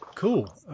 Cool